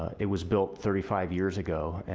it was built thirty five years ago.